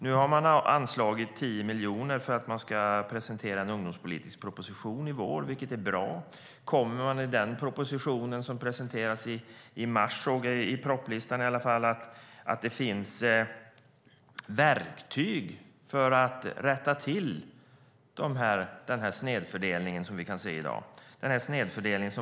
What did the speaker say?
Nu har man anslagit 10 miljoner för att presentera en ungdomspolitisk proposition i vår, vilket är bra. Kommer man i propositionen som presenteras i mars, enligt vad jag såg i listan, att använda verktyg för att rätta till den snedfördelning som vi kan se i dag?